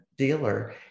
Dealer